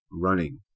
running